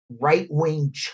right-wing